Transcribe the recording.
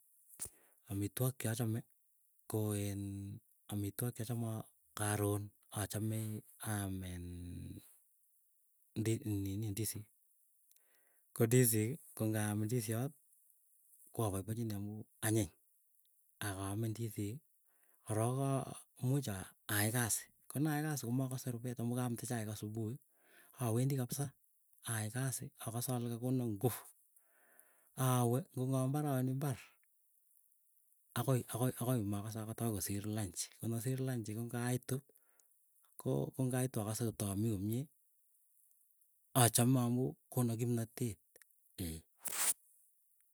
Amitwagik cha chame go inn, amitwagik cha chamee garon achame amm ndisik nini ndisik. go ndisik go go ngaam ndisiot koaboibochinii amuu anyiny agaame ndisik gorok komuuch aay gasii goo naay gasi goo magose rubet amuu gaamde chaig asubuhi awendi kabsa. aay gasi agase gole gagono nguvu awee go ngowe mbar awendi mbar agoymokose agot ago gosir lanchi. go ngosir lanchi go ngaitu go agase gotamii gomyei achame amuu gona gimnatet eeh.